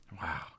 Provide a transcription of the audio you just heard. wow